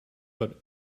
but